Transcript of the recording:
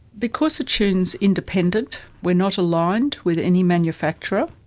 because attune is independent, we're not aligned with any manufacturer.